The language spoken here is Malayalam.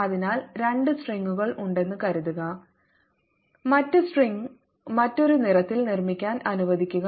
അതിനാൽ രണ്ട് സ്ട്രിംഗുകൾ ഉണ്ടെന്ന് കരുതുക മറ്റ് സ്ട്രിംഗ് മറ്റൊരു നിറത്തിൽ നിർമ്മിക്കാൻ അനുവദിക്കുക